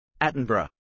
Attenborough